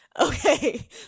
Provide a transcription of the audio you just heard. Okay